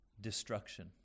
destruction